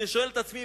ואני שואל את עצמי,